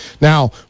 Now